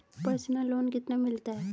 Personal loan कितना मिलता है?